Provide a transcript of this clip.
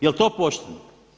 Jel to pošteno?